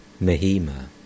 Mahima